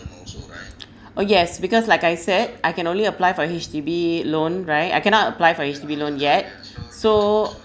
oh yes because like I said I can only apply for H_D_B loan right I cannot apply for H_D_B loan yet so